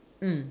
mm